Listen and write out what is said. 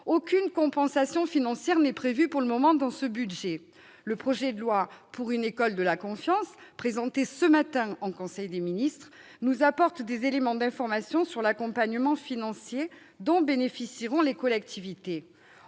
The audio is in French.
Aucune compensation financière n'est prévue pour le moment dans ce budget. Le projet de loi pour une école de la confiance, présenté ce matin en conseil des ministres, nous apporte des éléments d'information sur l'accompagnement financier dont bénéficieront les collectivités.